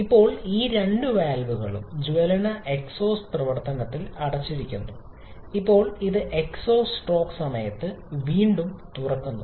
ഇപ്പോൾ രണ്ട് വാൽവുകളും ജ്വലന എക്സ്ഹോസ്റ്റ് പ്രവർത്തനത്തിൽ അടച്ചിരിക്കുന്നു ഇപ്പോൾ ഇത് എക്സ്ഹോസ്റ്റ് സ്ട്രോക്ക് സമയത്ത് വീണ്ടും തുറക്കുന്നു